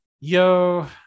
yo